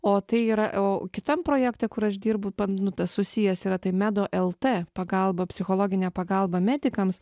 o tai yra o kitam projekte kur aš dirbu pan nu tas susijęs yra tai medo lt pagalba psichologinė pagalba medikams